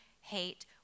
hate